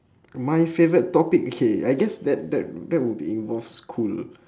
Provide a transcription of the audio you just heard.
my favourite topic K I guess that that that would be involve school